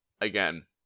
again